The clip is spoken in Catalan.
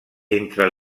entre